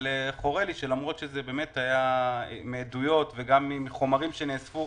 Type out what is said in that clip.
חורה לי שיש עדויות וחומרים שנאספו,